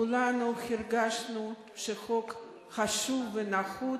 כולנו הרגשנו שהחוק חשוב ונחוץ.